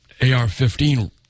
AR-15